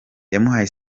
yamuhaye